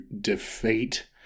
defeat